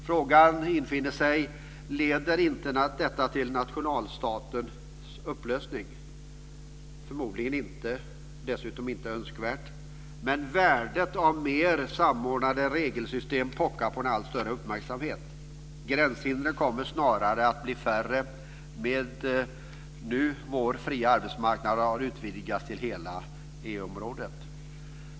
Frågan infinner sig: Leder inte allt detta till nationalstatens upplösning? Förmodligen inte, dessutom är det inte önskvärt. Men värdet av mer samordnade regelsystem pockar på allt större uppmärksamhet. Gränshindren kommer snarare att bli färre när nu vår fria arbetsmarknad har utvidgats till hela EU området.